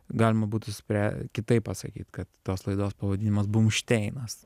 galima būtų sprę kitaip pasakyt kad tos laidos pavadinimas bumšteinas